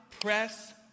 press